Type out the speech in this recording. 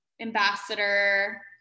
ambassador